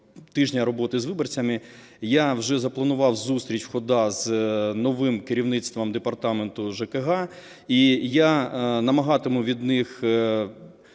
тижня роботи з виборцями, я вже запланував зустріч в ОДА з новим керівництвом департаменту ЖКГ. І я вимагатиму від них